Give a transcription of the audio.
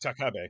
Takabe